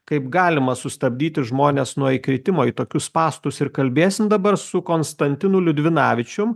kaip galima sustabdyti žmones nuo įkritimo į tokius spąstus ir kalbėsim dabar su konstantinu liudvinavičium